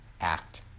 act